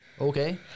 Okay